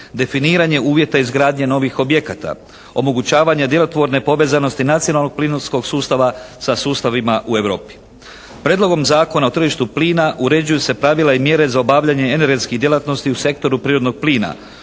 definiranje uvjeta izgradnje novih objekata, omogućavanje djelotvorne povezanosti nacionalnog plinskog sustava sa sustavima u Europi. Prijedlogom zakona o tržištu plina uređuju se pravila i mjere za obavljanje energetskih djelatnosti u sektoru prirodnog plina